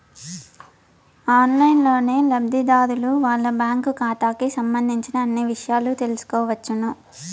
ఆన్లైన్లోనే లబ్ధిదారులు వాళ్ళ బ్యాంకు ఖాతాకి సంబంధించిన అన్ని ఇషయాలు తెలుసుకోవచ్చు